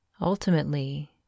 Ultimately